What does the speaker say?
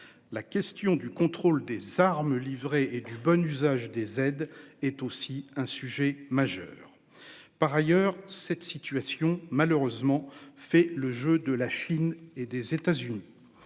La question du contrôle des armes livrées et du bon usage des aides est aussi un sujet majeur. Par ailleurs, cette situation malheureusement fait le jeu de la Chine et des États-Unis.